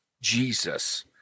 Jesus